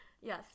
Yes